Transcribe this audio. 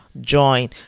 join